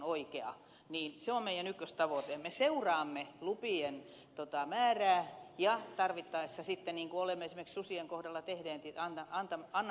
me seuraamme lupien määrää ja tarvittaessa sitten niin kuin olemme esimerkiksi susien kohdalla tehneet annamme lisälupia